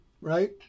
right